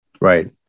Right